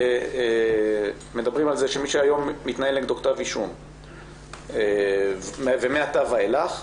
מי שהיום מתנהל נגדו כתב אישום ומעתה ואיך,